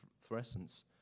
fluorescence